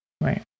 Right